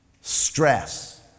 stress